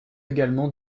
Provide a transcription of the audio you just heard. également